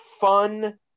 fun